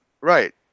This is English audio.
right